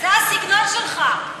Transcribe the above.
הסגנון שלך.